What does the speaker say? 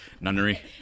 nunnery